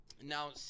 Now